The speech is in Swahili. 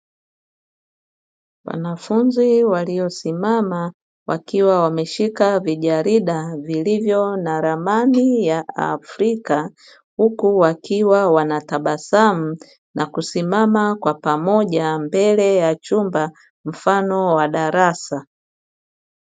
Wanafunzi waliosimama wakiwa wameshika vijarida vilivyo na ramani ya Afrika, huku wakiwa wanatabasamu na kusimama kwa pamoja mbele ya chumba mfano wa darasa.